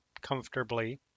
comfortably